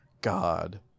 God